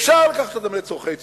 אפשר לקחת אותן לצורכי ציבור.